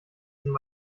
sind